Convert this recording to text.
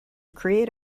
create